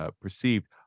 perceived